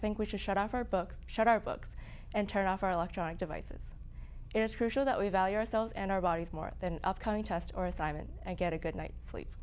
think we should shut off our books shut our books and turn off our electronic devices it's crucial that we value ourselves and our bodies more than upcoming test or assignment and get a good night's sleep